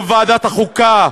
לא בוועדת החוקה,